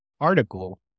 article